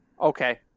Okay